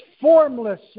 formless